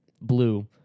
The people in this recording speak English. Blue